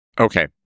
Okay